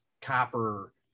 copper